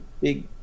big